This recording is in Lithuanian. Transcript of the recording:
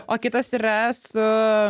o kitas yra su